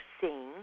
seeing